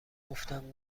گفتم